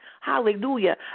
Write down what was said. hallelujah